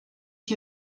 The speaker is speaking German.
ich